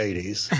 80s